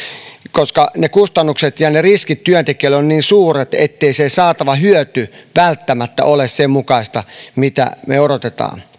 koska ne kustannukset ja ne riskit työntekijöille ovat niin suuret ettei se saatava hyöty välttämättä ole sen mukaista mitä me odotamme